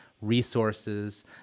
resources